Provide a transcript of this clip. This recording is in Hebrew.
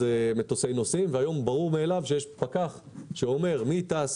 מטוסי נוסעים והיום ברור מאליו שיש פקח שאומר מי טס,